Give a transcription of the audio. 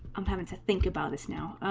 append to think about this now